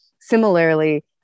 similarly